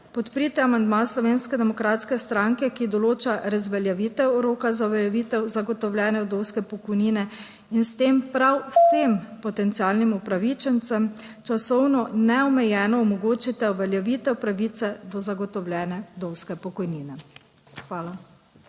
Podprite amandma Slovenske demokratske stranke, ki določa razveljavitev roka za uveljavitev zagotovljene vdovske pokojnine in s tem prav vsem potencialnim upravičencem časovno neomejeno omogočite uveljavitev pravice do zagotovljene vdovske pokojnine. Hvala.